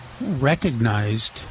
recognized